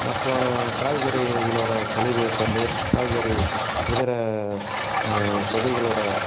மற்றும் காய்கறிகளோட கழிவு தண்ணீர் காய்கறி இதர செடிகளோட